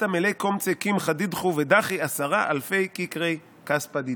אתא מלי קומצי קמחא דידכו ודחי עשרה אלפי ככרי כספא דידי"